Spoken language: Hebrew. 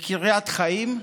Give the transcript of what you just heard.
לקריית חיים.